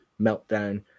meltdown